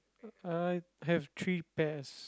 uh I have three pairs